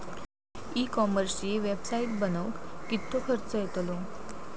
E कॉमर्सची website बनवक किततो खर्च येतलो?